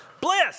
bliss